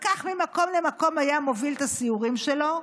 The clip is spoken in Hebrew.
וכך, ממקום למקום היה מוביל את הסיורים שלו,